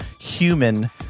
human